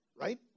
right